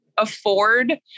Afford